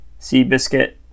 Seabiscuit